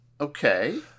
Okay